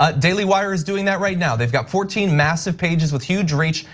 ah daily wire is doing that right now, they've got fourteen massive pages with huge reach.